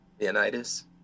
Leonidas